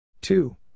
Two